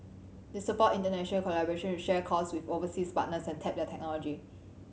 they support international collaboration to share costs with overseas partners and tap their technology